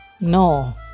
No